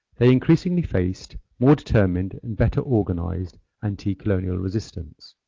they increasingly faced more determined and better organised anti colonial resistance.